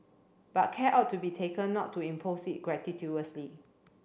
but care ought to be taken not to impose it gratuitously